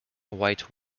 white